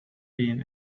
been